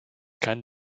kein